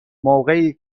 موقعی